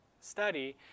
study